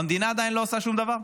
והמדינה עדיין לא עושה שום דבר.